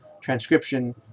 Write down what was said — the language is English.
transcription